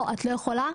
לא את לא יכולה,